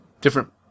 different